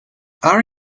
are